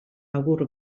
agur